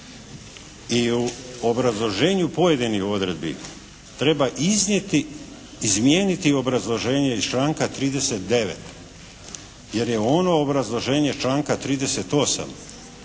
I u obrazloženju pojedinih odredbi treba iznijeti, izmijeniti obrazloženje iz članka 39. jer je ono obrazloženje članka 38.